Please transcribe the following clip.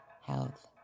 health